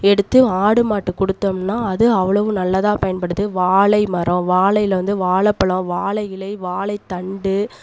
எடுத்து ஆடு மாடுக்கு கொடுத்தோம்னா அது அவ்வளவு நல்லதா பயன்படுது வாழைமரம் வாழையில் வந்து வாழைப்பழம் வாழை இலை வாழைத்தண்டு